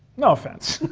no offence,